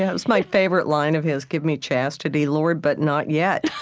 yeah was my favorite line of his give me chastity, lord, but not yet.